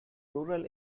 rural